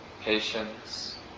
patience